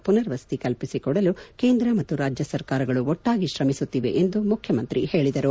ಮನರ್ ವಸತಿ ಕಲ್ಪಿಸಿಕೊಡಲು ಕೇಂದ್ರ ಮತ್ತು ರಾಜ್ಯ ಸರ್ಕಾರಗಳು ಒಟ್ಟಾಗಿ ಶ್ರಮಿಸುತ್ತಿವೆ ಎಂದು ಮುಖ್ಯಮಂತ್ರಿ ಹೇಳಿದರು